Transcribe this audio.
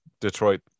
Detroit